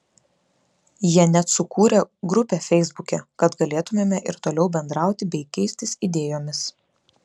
jie net sukūrė grupę feisbuke kad galėtumėme ir toliau bendrauti bei keistis idėjomis